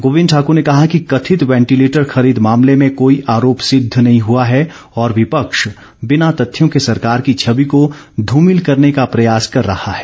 गोविंद ठाक्र ने कहा कि कथित वेंटिलेटर खरीद मामले में कोई आरोप सिद्ध नहीं हुआ है और विपक्ष बिना तथ्यों के सरकार की छवि को धूमिल करने का प्रयास कर रहा है